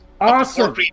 Awesome